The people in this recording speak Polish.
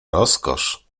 rozkosz